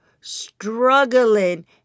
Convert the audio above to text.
struggling